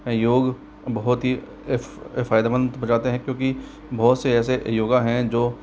योग बहुत ही फ़ायदेमंद हो जाते हैं क्योंकि बहुत से ऐसे योग हैं जो